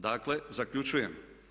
Dakle, zaključujem.